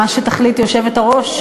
מה שתחליט היושבת-ראש.